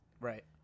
Right